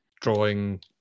drawing